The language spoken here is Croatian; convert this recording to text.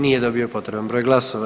Nije dobio potreban broj glasova.